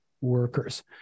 workers